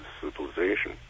civilization